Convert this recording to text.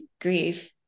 grief